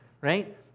right